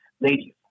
Ladies